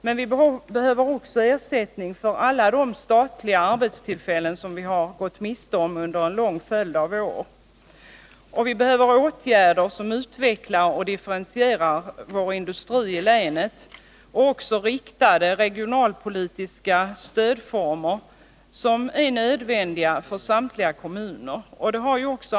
Men vi behöver också en ersättning för alla de statliga arbetstillfällen som vi har gått miste om under en lång följd av år, vi behöver åtgärder som utvecklar och differentierar industrin i länet och vi behöver även riktade regionalpolitiska stödformer som är nödvändiga för samtliga kommuner.